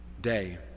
day